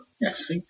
Yes